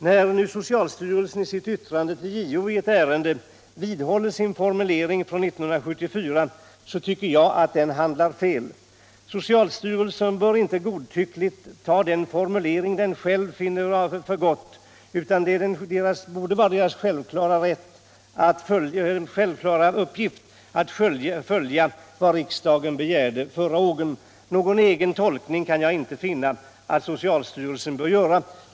När nu socialstyrelsen i sitt yttrande till JO i ett ärende vidhåller sin formulering från 1974 tycker jag att den handlar fel. Socialstyrelsen bör inte godtyckligt ta den formulering den själv finner för gott, utan det borde vara dess självklara uppgift att följa vad riksdagen begärde förra året. Någon egen tolkning kan jag inte finna att socialstyrelsen bör göra.